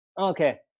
Okay